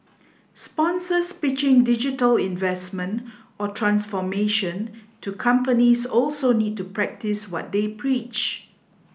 sponsors pitching digital investment or transformation to companies also need to practice what they preach